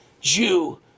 Jew